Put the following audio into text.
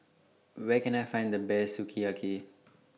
Where Can I Find The Best Sukiyaki